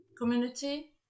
Community